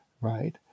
right